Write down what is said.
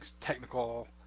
technical